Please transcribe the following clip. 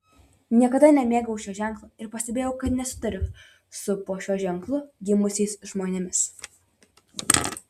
niekada nemėgau šio ženklo ir pastebėjau kad nesutariu su po šiuo ženklu gimusiais žmonėmis